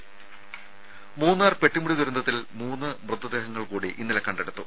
രുര മൂന്നാർ പെട്ടിമുടി ദുരന്തത്തിൽ മൂന്ന് മൃതദേഹങ്ങൾകൂടി ഇന്നലെ കണ്ടെടുത്തു